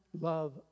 love